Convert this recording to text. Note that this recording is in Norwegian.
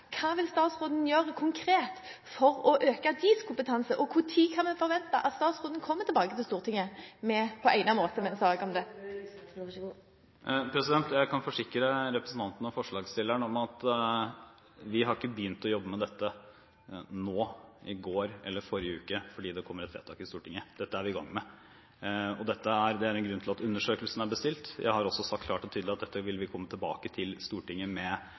hva vil statsråden konkret gjøre for å øke deres kompetanse, og når kan vi forvente at statsråden kommer tilbake til Stortinget på egnet måte med en sak om dette? Jeg kan forsikre representanten og forslagsstillerne om at vi ikke har begynt å jobbe med dette nå, i går, eller i forrige uke, fordi det kommer et forslag til vedtak i Stortinget – dette er vi i gang med. Det er en grunn til at undersøkelsen er bestilt, og jeg har også sagt klart og tydelig at dette vil vi komme tilbake til Stortinget med,